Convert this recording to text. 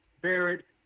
Barrett